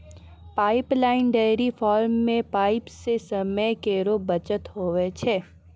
pipeline dairy farm म pipe सें समय केरो बचत होय छै